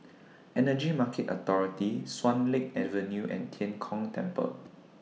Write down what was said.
Energy Market Authority Swan Lake Avenue and Tian Kong Temple